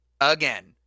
again